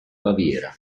baviera